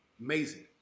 Amazing